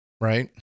Right